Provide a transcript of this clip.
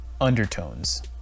Undertones